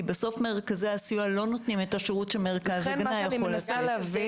כי בסוף מרכזי הסיוע לא נותנים את השירות שמרכז הגנה יכול לתת.